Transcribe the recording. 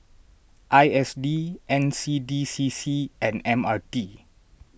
I S D N C D C C and M R T